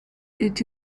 did